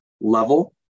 level